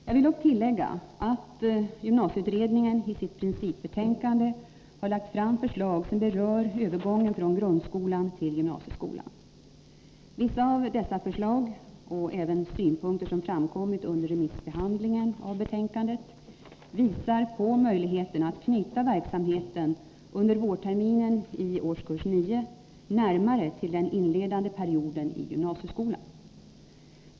Jag vill dock tillägga att gymnasieutredningen i sitt principbetänkande har lagt fram förslag som berör övergången från grundskolan till gymnasieskolan. Vissa av dessa förslag och även synpunkter som framkommit under remissbehandlingen av betänkandet, visar på möjligheten att knyta verksamheten under vårterminen i årskurs 9 närmare till den inledande perioden i gymnasieskolan.